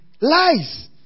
Lies